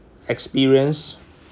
experience